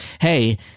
hey